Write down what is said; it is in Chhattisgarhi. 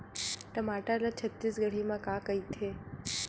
टमाटर ला छत्तीसगढ़ी मा का कइथे?